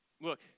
Look